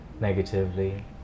Negatively